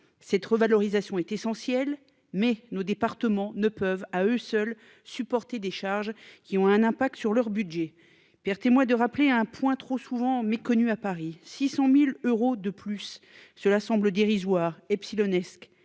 Cette revalorisation est essentiel mais nos départements ne peuvent à eux seuls supporter des charges qui ont un impact sur leur budget Pierre témoins de rappeler 1 trop souvent méconnu à Paris 600.000 euros de plus, cela semble dérisoire epsilonesque